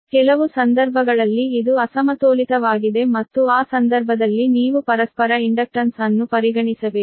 ಕೆಲವು ಸಂದರ್ಭಗಳಲ್ಲಿ ಇದು ಅಸಮತೋಲಿತವಾಗಿದೆ ಮತ್ತು ಆ ಸಂದರ್ಭದಲ್ಲಿ ನೀವು ಪರಸ್ಪರ ಇಂಡಕ್ಟನ್ಸ್ ಅನ್ನು ಪರಿಗಣಿಸಬೇಕು